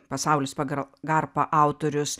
pasaulis pagal garpą autorius